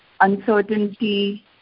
uncertainty